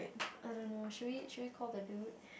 I don't know should we should we call the dude